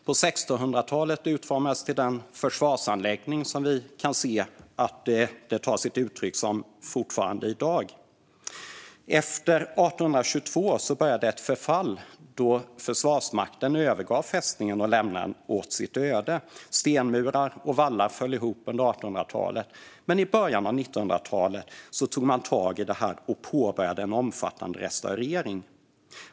På 1600-talet utformades den till en försvarsanläggning med det uttryck som fästningen har än i dag. Efter 1822 började ett förfall då försvarsmakten övergav fästningen och lämnade den åt sitt öde. Stenmurar och vallar föll ihop under 1800-talet, men i början av 1900-talet tog man tag i det här och påbörjade en omfattande restaurering.